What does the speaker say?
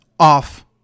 Off